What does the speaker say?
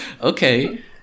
Okay